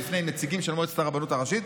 בפני נציגים של מועצת הרבנות הראשית,